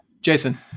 Jason